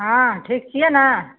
हँ ठीक छियै ने